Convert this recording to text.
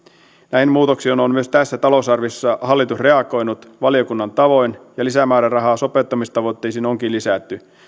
näihin muutoksiin on on myös tässä talousarviossa hallitus reagoinut valiokunnan tavoin ja lisämäärärahaa sopeuttamistavoitteisiin onkin lisätty